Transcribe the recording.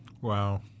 wow